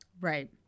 Right